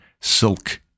silk